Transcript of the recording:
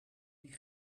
die